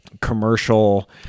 commercial